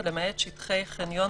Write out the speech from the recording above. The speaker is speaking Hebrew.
ולמעט שטחי חניון,